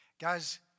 Guys